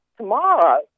tomorrow